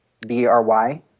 B-R-Y